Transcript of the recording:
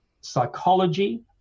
psychology